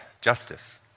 justice